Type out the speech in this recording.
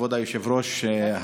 כבוד היושב-ראש,